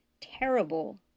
terrible